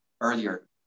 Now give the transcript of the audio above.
earlier